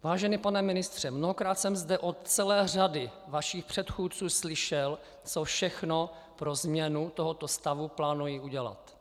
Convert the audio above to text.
Vážený pane ministře, mnohokrát jsem zde od celé řady vašich předchůdců slyšel, co všechno pro změnu tohoto stavu plánují udělat.